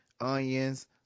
onions